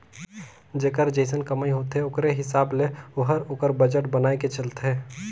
जेकर जइसन कमई होथे ओकरे हिसाब ले ओहर ओकर बजट बनाए के चलथे